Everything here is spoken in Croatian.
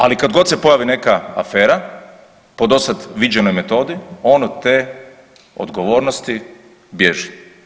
Ali, kad se pojavi neka afera po dosad viđenoj metodi, on od te odgovornosti bježi.